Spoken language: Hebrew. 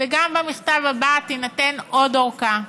וגם במכתב הבא תינתן עוד ארכה.